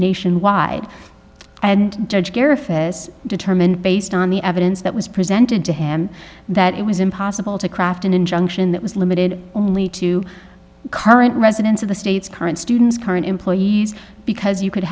nationwide and judge care if it was determined based on the evidence that was presented to him that it was impossible to craft an injunction that was limited only to current residents of the state's current students current employees because you could